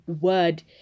word